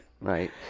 Right